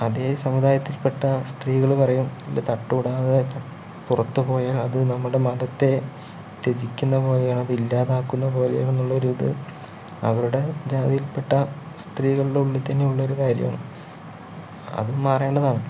അതേ സമുദായത്തിൽപ്പെട്ട സ്ത്രീകള് പറയും തട്ടമിടാതെ പുറത്ത് പോയാൽ അത് നമ്മുടെ മതത്തെ ത്യജിക്കുന്നപോലെയാണ് അതില്ലാതാക്കുന്നപോലെയാണെള്ളൊരിത് അവരുടെ ജാതിയിൽപ്പെട്ട സ്ത്രീകളുടെ ഉള്ളിൽത്തന്നെയുള്ളൊരു കാര്യാണ് അത് മാറേണ്ടതാണ്